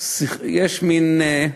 יש מין,